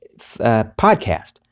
podcast